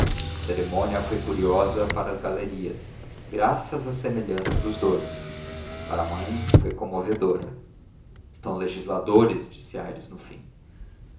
cerimônia foi curiosa para as galerias graças à semelhança dos dous para a mãe foi comovedora estão legisladores disse aires no fim